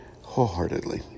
wholeheartedly